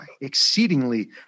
exceedingly